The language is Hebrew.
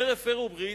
אומר: הפרו ברית,